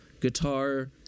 guitar